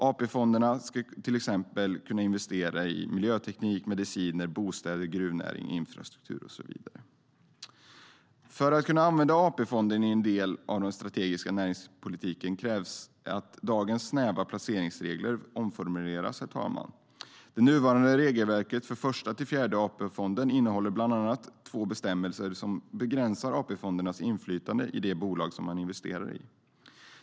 AP-fonderna ska till exempel kunna investera i miljöteknik, mediciner, bostäder, gruvnäring, infrastruktur och så vidare. För att kunna använda AP-fonderna som en del i den strategiska näringspolitiken krävs att dagens snäva placeringsregler omformuleras, herr talman. Det nuvarande regelverket för Första till Fjärde AP-fonderna innehåller bland annat två bestämmelser som begränsar AP-fondernas inflytande i de bolag som de investerar i.